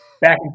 Back